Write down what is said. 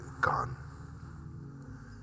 gone